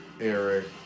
Eric